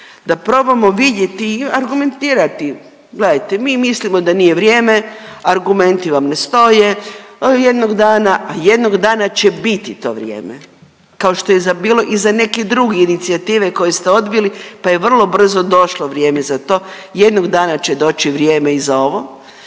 da probamo vidjeti i argumentirati, gledajte, mi mislimo da nije vrijeme, argumenti vam ne stoje, jednog dana, a jednog dana će biti to vrijeme, kao što je bilo i za neke druge inicijative koje ste odbili pa je vrlo brzo došlo vrijeme za to, jednog dana će doći vrijeme i za ovo.